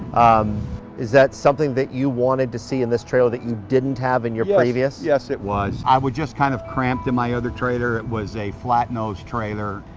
is that something that you wanted to see in this trailer that you didn't have in your previous yes it was. i was just kind of cramped in my other trailer. it was a flat-nosed trailer.